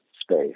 space